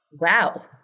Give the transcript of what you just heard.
Wow